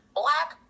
black